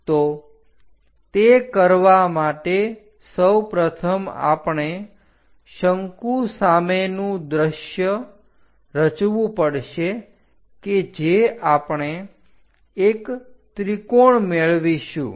તો તે કરવા માટે સૌપ્રથમ આપણે શંકુનું સામેનું દ્રશ્ય રચવું પડશે કે જે આપણે એક ત્રિકોણ મેળવીશું